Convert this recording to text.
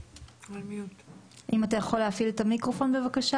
שהמו"פ צריך לעבור לגופים הראויים שמתעסקים בזה,